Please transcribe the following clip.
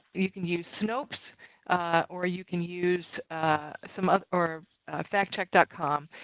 you can use snopes or you can use some of or fact check dot com.